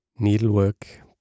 Needlework